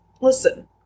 Listen